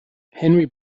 henry